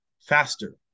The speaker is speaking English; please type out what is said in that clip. faster